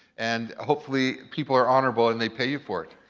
and hopefully people are honourable and they pay you for it.